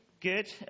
Good